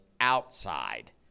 outside